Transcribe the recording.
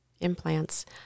implants